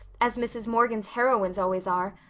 as mrs. morgan's heroines' always are,